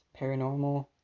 paranormal